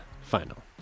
final